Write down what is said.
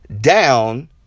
down